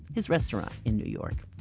his restaurant in new york.